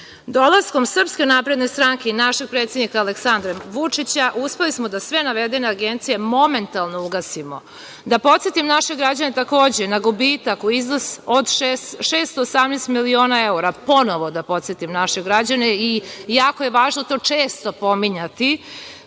više. Dolaskom SNS i našeg predsednika Aleksandra Vučića uspeli smo da sve navedene agencije momentalno ugasimo. Da podsetim naše građane, takođe na gubitak u iznosu od 618 miliona evra, ponovo da podsetim naše građane i jako je važno to često pominjati,